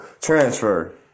transfer